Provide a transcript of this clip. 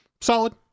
Solid